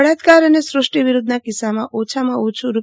બળાત્કાર અને સૃષ્ટિ વિરુદ્ધના કિસ્સામાં ઓછામાં ઓછું રૂ